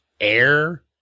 air